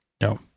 No